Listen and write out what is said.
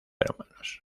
hermanos